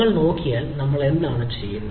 നിങ്ങൾ നോക്കിയാൽ നമ്മൾ എന്താണ് ചെയ്യുന്നത്